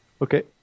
Okay